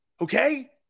okay